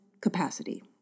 capacity